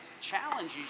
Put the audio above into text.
challenges